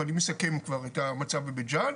ואני מסכם כבר את המצב בבית ג'ן,